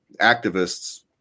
activists